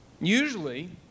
Usually